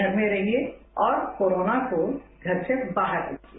घर में रहिएं और कोरोना को घर से बाहर रखिये